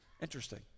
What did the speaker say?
Interesting